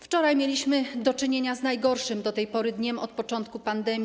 Wczoraj mieliśmy do czynienia z najgorszym do tej pory dniem od początku pandemii.